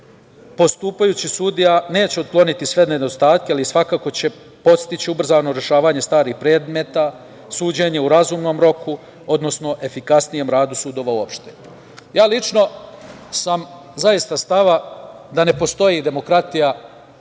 postupajućih sudija neće otkloniti sve nedostatke, ali svakako će postići ubrzano rešavanje starih predmeta suđenja u razumnom roku, odnosno efikasnijem radu sudova uopšte. Lično sam zaista stava da ne postoji demokratija